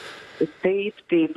taip tai